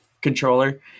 controller